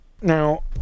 Now